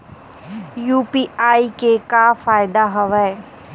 UPI के का फ़ायदा हवय?